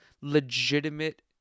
legitimate